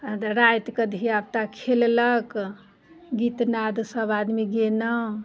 राति कऽ धियापुता खेललक गीतनाद सब आदमी गेलहुॅं